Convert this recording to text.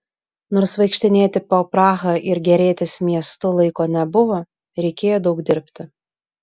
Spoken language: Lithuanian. nors vaikštinėti po prahą ir gėrėtis miestu laiko nebuvo reikėjo daug dirbti